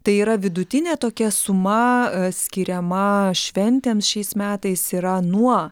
tai yra vidutinė tokia suma skiriama šventėms šiais metais yra nuo